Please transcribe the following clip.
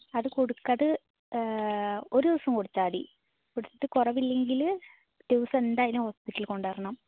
അത് കൊടുക്ക് അത് ഒരു ദിവസം കൊടുത്താൽ മതി കുടിച്ചിട്ട് കുറവില്ലെങ്കിൽ പിറ്റേ ദിവസം എന്തായാലും ഹോസ്പിറ്റലിൽ കൊണ്ട് വരണം